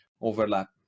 overlap